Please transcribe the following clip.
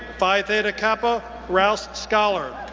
phi theta kappa, rouse scholar.